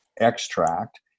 extract